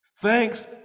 Thanks